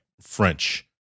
French